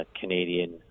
Canadian